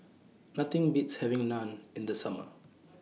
Nothing Beats having Naan in The Summer